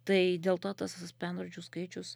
tai dėl to tas asmenvardžių skaičius